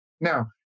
Now